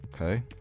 okay